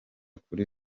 kuri